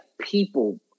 people